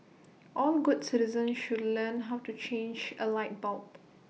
all good citizens should learn how to change A light bulb